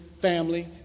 family